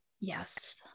yes